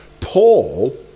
Paul